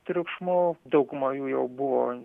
triukšmu dauguma jų jau buvo